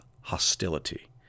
hostility